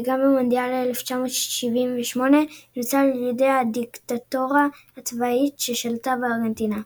וכן במונדיאל 1978 שנוצל על ידי הדיקטטורה הצבאית ששלטה בארגנטינה.